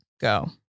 Go